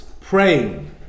praying